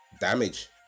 damage